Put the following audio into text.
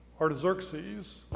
Artaxerxes